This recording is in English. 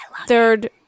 Third